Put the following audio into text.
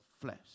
flesh